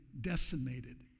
decimated